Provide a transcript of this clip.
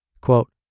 Quote